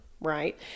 right